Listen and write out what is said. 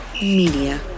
Media